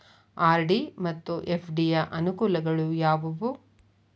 RD ಮತ್ತು FD ಯ ಅನುಕೂಲಗಳು ಯಾವವು?